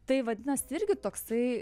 tai vadinasi irgi toksai